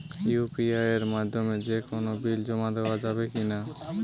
UPI এর মাধ্যমে যে কোনো বিল জমা দেওয়া যাবে কি না?